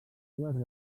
dues